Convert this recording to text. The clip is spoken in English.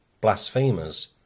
blasphemers